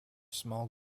small